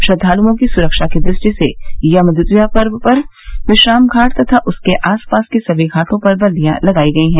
श्रद्वालुओं की सुरक्षा की दृष्टि से यमद्वितीया पर्व पर विश्राम घाट तथा उसके आसपास के समी घाटों पर बल्लियां लगाई गई हैं